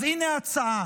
אז הינה הצעה: